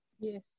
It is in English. yes